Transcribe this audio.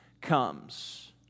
comes